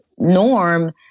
norm